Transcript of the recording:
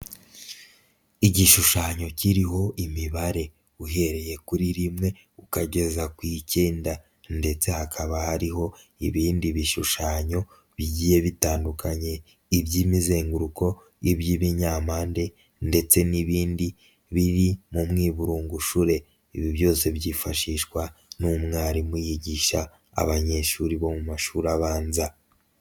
Igishushanyo kiriho imibare uhereye kuri rimwe ukageza ku icyenda ndetse hakaba hariho ibindi bishushanyo bigiye bitandukanye iby'imizenguruko, iby'ibinyampande ndetse n'ibindi biri mu mwiburungushure, ibi byose byifashishwa n'umwarimu yigisha abanyeshuri bo mu mashuri abanza.